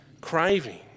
craving